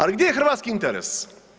Ali gdje je hrvatski interes?